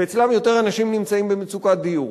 ואצלם יותר אנשים נמצאים במצוקת דיור.